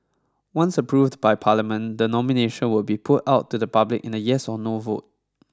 once approved by parliament the nomination will be put out to the public in a yes or no vote